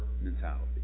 mentality